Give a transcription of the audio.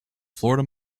florida